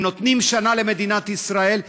הם נותנים שנה למדינת ישראל,